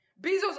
Bezos